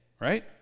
right